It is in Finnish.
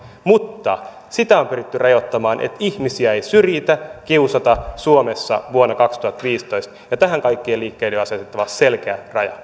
mutta sitä on on pyritty rajoittamaan että ihmisiä ei syrjitä kiusata suomessa vuonna kaksituhattaviisitoista ja tähän kaikkien liikkeiden on asetettava selkeät rajat